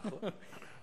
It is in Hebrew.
נכון.